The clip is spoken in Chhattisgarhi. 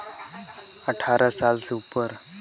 लोन प्राप्त करे बर आयु सीमा कौन होथे?